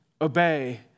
obey